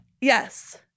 Yes